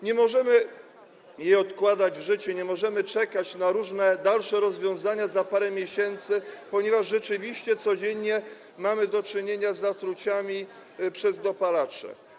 Nie możemy odkładać jej wejścia w życie, nie możemy czekać na różne dalsze rozwiązania za parę miesięcy, ponieważ rzeczywiście codziennie mamy do czynienia z zatruciami przez dopalacze.